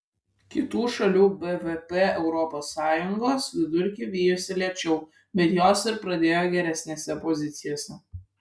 kitų šalių bvp europos sąjungos vidurkį vijosi lėčiau bet jos ir pradėjo geresnėse pozicijose